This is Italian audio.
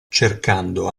cercando